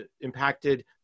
impacted